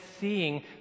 seeing